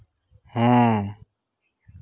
ᱦᱮᱸ